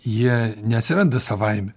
jie neatsiranda savaime